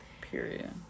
period